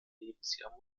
lebensjahr